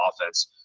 offense